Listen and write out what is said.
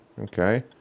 Okay